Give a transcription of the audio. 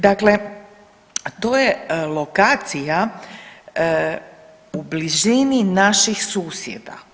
Dakle, to je lokacija u blizini naših susjeda.